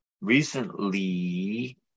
recently